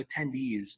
attendees